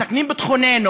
מסכנים את ביטחוננו.